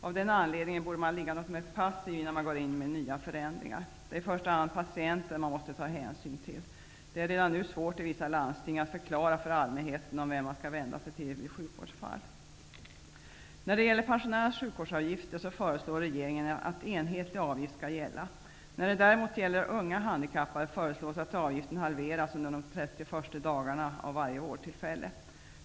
Av den anledningen borde man ligga något mera passiv innan man går in med nya förändringar. Det är i första hand patienten man måste ta hänsyn till. Det är redan nu svårt i vissa landsting att förklara för allmänheten vem man skall vända sig till vid sjukvårdsfall. När det gäller pensionärernas sjukvårdsavgifter så föreslår regeringen att en enhetlig avgift skall gälla. När det däremot gäller unga handikappade föreslås att avgiften halveras under de 30 första dagarna vid varje vårdtillfälle.